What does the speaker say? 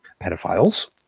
Pedophiles